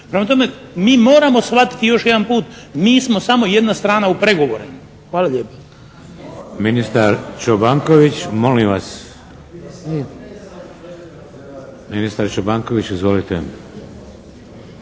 Prema tome, mi moramo shvatiti još jedan put. Mi smo samo jedna strana u pregovorima. Hvala lijepo.